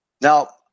Now